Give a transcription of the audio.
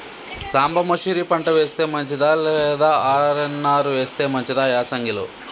సాంబ మషూరి పంట వేస్తే మంచిదా లేదా ఆర్.ఎన్.ఆర్ వేస్తే మంచిదా యాసంగి లో?